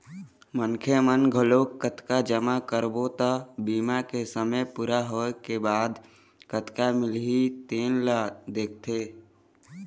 मनखे मन घलोक कतका जमा करबो त बीमा के समे पूरा होए के बाद कतका मिलही तेन ल देखथे